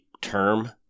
Term